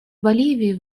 боливии